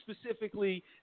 specifically